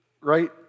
right